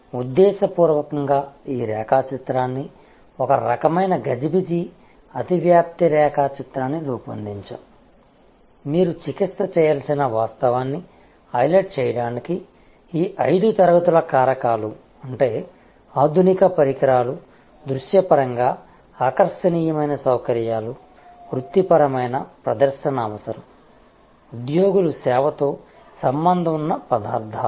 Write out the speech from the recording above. మనం ఉద్దేశపూర్వకంగా ఈ రేఖాచిత్రాన్ని ఒక రకమైన గజిబిజి అతివ్యాప్తి రేఖాచిత్రాన్ని రూపొందించాము మీరు చికిత్స చేయాల్సిన వాస్తవాన్ని హైలైట్ చేయడానికి ఈ ఐదు తరగతుల కారకాలు అంటే ఆధునిక పరికరాలు దృశ్యపరంగా ఆకర్షణీయమైన సౌకర్యాలు వృత్తిపరమైన ప్రదర్శన అవసరం ఉద్యోగులు సేవతో సంబంధం ఉన్న పదార్థాలు